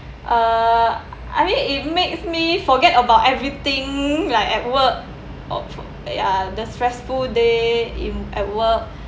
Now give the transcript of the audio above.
uh I mean it makes me forget about everything like at work or for ya the stressful day in at work